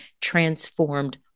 transformed